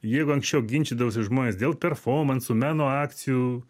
jeigu anksčiau ginčydavosi žmonės dėl performansų meno akcijų